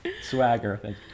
Swagger